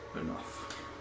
enough